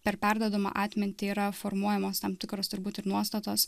per perduodamą atmintį yra formuojamos tam tikros turbūt ir nuostatos